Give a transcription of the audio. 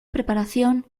preparación